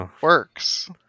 works